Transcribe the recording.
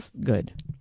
good